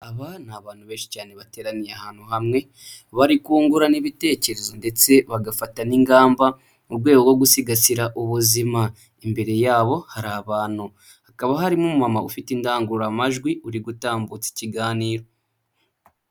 Aba ni abantu benshi cyane bateraniye ahantu hamwe, bari kungurana ibitekerezo ndetse bagafata n'ingamba mu rwego rwo gusigasira ubuzima. Imbere yabo hari abantu, hakaba harimo umumama ufite indangururamajwi uri gutambutsa ikiganiro.